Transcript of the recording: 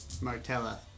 Martella